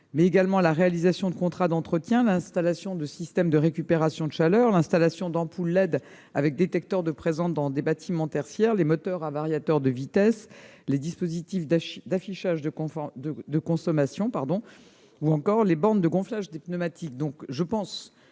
mais également la réalisation de contrats d'entretien, l'installation de systèmes de récupération de chaleur, l'installation d'ampoules LED avec détecteur de présence dans des bâtiments tertiaires, les moteurs à variateur de vitesse, les dispositifs d'affichage de consommation ou encore les bornes de gonflage des pneumatiques. J'invite donc